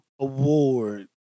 Award